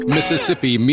Mississippi